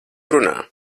runā